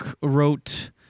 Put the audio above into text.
wrote